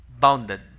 bounded